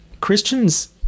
Christians